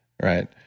Right